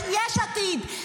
יש עתיד,